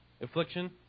Affliction